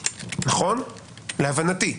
להבנתי.